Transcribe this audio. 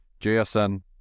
JSN